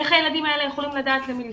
איך הילדים האלה יכולים לדעת למי לפנות?